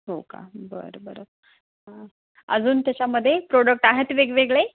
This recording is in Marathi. हो का बरं बरं अजून त्याच्यामध्ये प्रोडक्ट आहेत वेगवेगळे